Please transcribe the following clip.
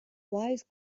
wise